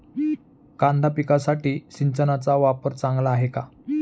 कांदा पिकासाठी सिंचनाचा वापर चांगला आहे का?